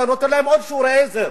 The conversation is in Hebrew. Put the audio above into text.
אתה נותן להם עוד שיעורי עזר,